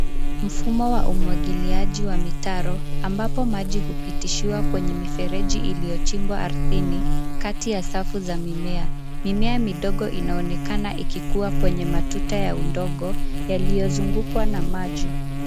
Mfumo wa umwagiliaji wa mitaro, ambapo maji hupitishiwa kwenye mifereji iliyochimbiwa ardhini, kati ya safu za mimea. Mimea midogo inaonekana ikikua kwenye matuta ya udongo yalioyozungukwa na maji.